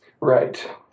Right